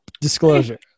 Disclosure